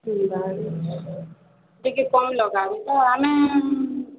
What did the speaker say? କିଣିବା ଆହୁରି ଟିକେ କମ୍ ଲଗାନ୍ତୁ ଆମେ